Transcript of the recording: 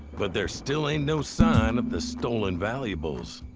but there's still ain't no sign of the stolen valuables.